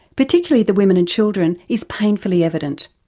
particularly the women and children, is painfully evident.